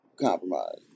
compromise